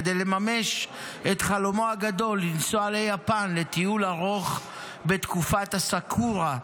כדי לממש את חלומו הגדול: לנסוע ליפן לטיול ארוך בתקופת הסאקורה,